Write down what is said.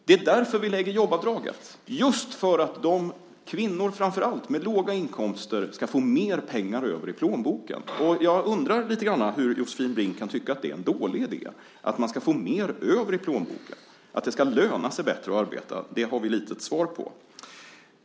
Det är därför som vi lägger fram jobbavdraget, just för att de med låga inkomster, framför allt kvinnor, ska få mer pengar över i plånboken. Jag undrar lite grann hur Josefin Brink kan tycka att det är en dålig idé att man ska få mer över i plånboken och att det ska löna sig bättre att arbeta. Det har vi lite ett svar på.